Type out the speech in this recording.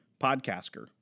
podcaster